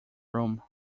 room